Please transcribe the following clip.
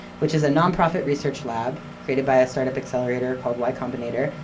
which is a non-profit research lab created by a start-up accelerator called y combinator,